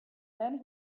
then